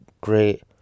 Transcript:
great